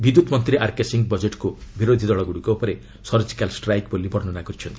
ବିଦ୍ୟୁତ୍ ମନ୍ତ୍ରୀ ଆର୍କେ ସିଂ ବଜେଟ୍କୁ ବିରୋଧି ଦଳଗୁଡ଼ିକ ଉପରେ ସର୍ଜିକାଲ୍ ଷ୍ଟ୍ରାଇକ୍ ବୋଲି ବର୍ଷ୍ଣନା କରିଛନ୍ତି